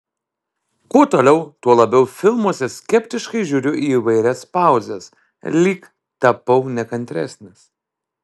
kuo toliau tuo labiau filmuose skeptiškai žiūriu į įvairias pauzes lyg tapau nekantresnis